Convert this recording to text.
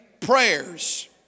prayers